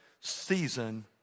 season